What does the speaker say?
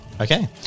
Okay